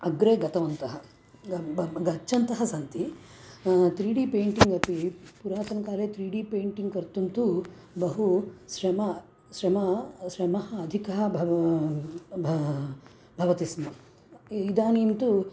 अग्रे गतवन्तः गब् ब गच्छन्तः सन्ति त्रीडी पैण्टिङ्ग् अपि पुरातनकाले त्रीडी पैण्टिङ्ग् कर्तुं तु बहु श्रमः श्रमः श्रमः अधिकः भव भा भवति स्म इदानीं तु